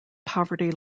poverty